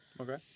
Okay